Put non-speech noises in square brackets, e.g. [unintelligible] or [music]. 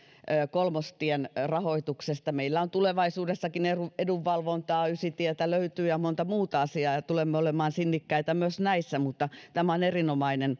kolmostien rahoituksesta meillä on tulevaisuudessakin edunvalvontaa ysitietä löytyy ja monta muuta asiaa ja tulemme olemaan sinnikkäitä myös näissä mutta [unintelligible] [unintelligible] [unintelligible] [unintelligible] [unintelligible] [unintelligible] tämä on erinomainen [unintelligible]